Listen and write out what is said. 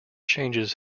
changes